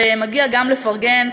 ומגיע גם לפרגן,